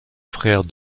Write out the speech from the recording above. frère